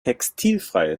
textilfreie